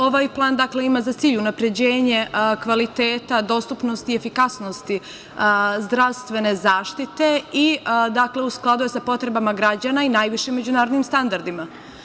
Ovaj plan ima za cilj unapređenje kvaliteta, dostupnosti i efikasnosti zdravstvene zaštite i u skladu je sa potrebama građana i najvišim međunarodnim standardima.